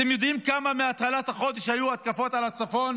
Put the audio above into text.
אתם יודעים כמה התקפות על הצפון